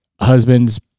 husbands